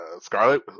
Scarlet